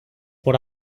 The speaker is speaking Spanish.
por